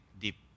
deep